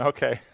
Okay